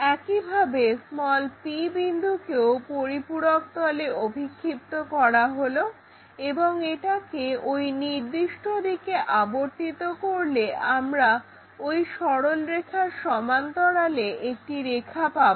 একইভাবে p বিন্দুকেও পরিপূরক তলে অভিক্ষিপ্ত করা হলো এবং এটাকে ওই নির্দিষ্ট দিকে আবর্তিত করলে আমরা ঐ সরলরেখার সমান্তরালে একটি রেখা পাবো